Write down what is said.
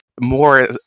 more